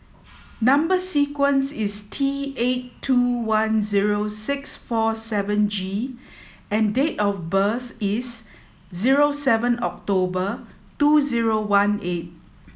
number sequence is T eight two one zero six four seven G and date of birth is zero seven October two zero one eight